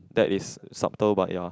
that is subtle but ya